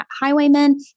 Highwaymen